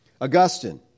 Augustine